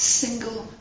single